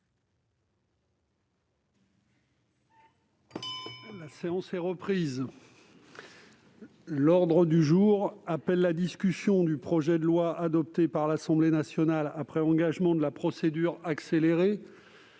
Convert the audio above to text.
La séance est reprise. L'ordre du jour appelle la discussion du projet de loi, adopté par l'Assemblée nationale après engagement de la procédure accélérée,